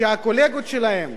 שהקולגות שלהם,